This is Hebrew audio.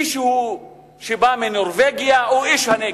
מישהו שבא מנורבגיה או איש הנגב?